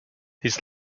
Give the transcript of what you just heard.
his